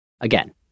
Again